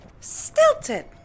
Stilted